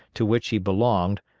to which he belonged,